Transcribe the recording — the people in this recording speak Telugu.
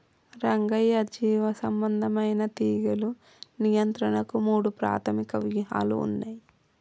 రంగయ్య జీవసంబంధమైన తీగలు నియంత్రణకు మూడు ప్రాధమిక వ్యూహాలు ఉన్నయి